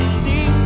see